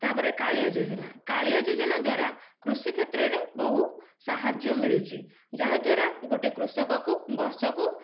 ତାପରେ କାଳିଆ ଯୋଜନା କାଳିଆ ଯୋଜନା ଦ୍ୱାରା କୃଷି କ୍ଷେତ୍ରରେ ବହୁ ସାହାଯ୍ୟ ମିଳୁଛି ଯାହା ଦ୍ୱାରା ଗୋଟିଏ କୃଷକ କୁ ବର୍ଷକୁ